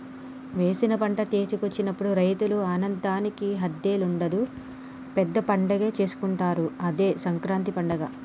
వేసిన పంట చేతికొచ్చినప్పుడు రైతుల ఆనందానికి హద్దే ఉండదు పెద్ద పండగే చేసుకుంటారు అదే సంకురాత్రి పండగ